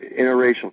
interracial